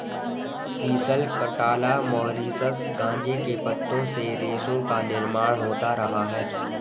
sisal, cantala, Mauritius गांजे के पत्तों से रेशों का निर्माण होता रहा है